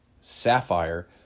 sapphire